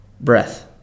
breath